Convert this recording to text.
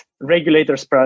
regulators